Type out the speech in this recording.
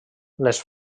les